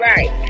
Right